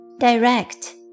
Direct